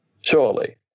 surely